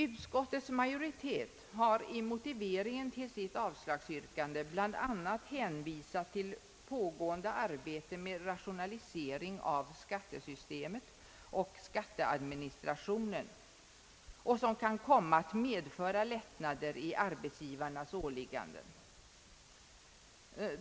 Utskottets majoritet har i motiveringen till sitt avslagsyrkande bl.a. hänvisat till pågående arbete med rationalisering av skattesystemet och skatteadministrationen, vilket kan komma att medföra lättnader i arbetsgivarnas åligganden.